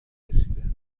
رسیده